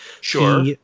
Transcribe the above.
sure